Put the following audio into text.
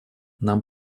нам